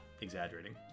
exaggerating